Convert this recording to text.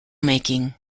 making